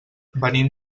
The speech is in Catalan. venim